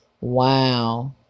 Wow